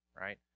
right